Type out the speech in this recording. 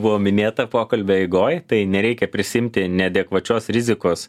buvo minėta pokalbio eigoj tai nereikia prisiimti neadekvačios rizikos